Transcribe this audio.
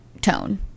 tone